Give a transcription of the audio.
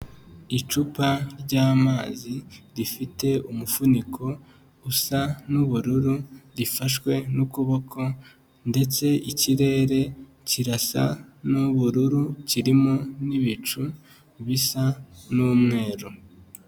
Icupa ry'amazi rifite umufuniko usa n'ubururu, rifashwe n'ukuboko ndetse ikirere kirasa n'ubururu kirimo n'ibicu bisa n'umweru.